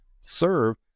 serve